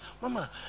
Mama